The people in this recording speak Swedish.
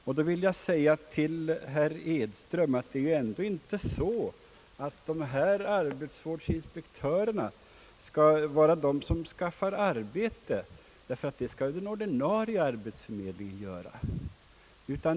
Jag vill påpeka för herr Edström att det inte är arbetsvårdsinspektörerna som skall skaffa arbete åt de handikappade, ty detta är den ordinarie arbetsförmedlingens uppgift.